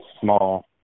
small